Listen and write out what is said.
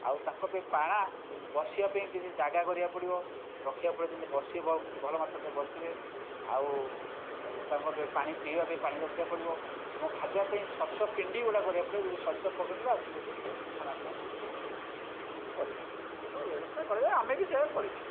ଆଉ ତାଙ୍କ ପାଇଁ ପାଣା ବସିବା ପାଇଁ କିଛି ଜାଗା କରିବାକୁ ପଡ଼ିବ ରଖିବା ପରେ ଯେମତି ବସିବ ଭଲମାତ୍ରାରେ ବସିବେ ଆଉ ତାଙ୍କ ପାଇଁ ପାଣି ପିଇବା ପାଇଁ ପାଣି ରଖିବାକୁ ପଡ଼ିବ ଏବଂ ଖାଦ୍ୟ ପାଇଁ ଶସ୍ୟ ପିଣ୍ଡି ଗୋଟିଏ କରିବାକୁ ପଡ଼ିବ ଯେଉଁଠି ଶସ୍ୟ ପକାଇଦେଲେ ଆସିକି ଟିକିଏ ଖାନା ପିନା ସବୁ ସବୁ କରିବେ ଏସବୁ ବ୍ୟବସ୍ଥା କରାଯାଏ ଆମେ ବି ସେଇଆ କରିଛୁ